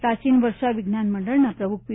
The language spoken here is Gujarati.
પ્રાચીન વર્ષા વિજ્ઞાન મંડળના પ્રમુખ પી